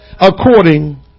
According